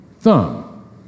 thumb